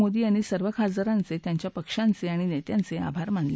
मोदी यांनी सर्व खासदारांचे त्यांच्या पक्षांचे आणि नेत्यांचे आभार मानले